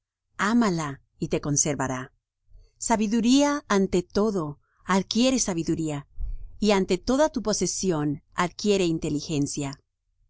amala y te conservará sabiduría ante todo adquiere sabiduría y ante toda tu posesión adquiere inteligencia